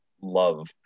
love